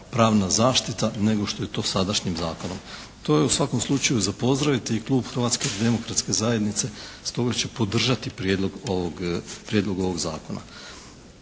pravna zaštita nego što je to sadašnjim zakonom. To je u svakom slučaju za pozdraviti i klub Hrvatske demokratske zajednice stoga će podržati prijedlog ovog zakona.